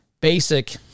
basic